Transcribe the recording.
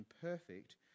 perfect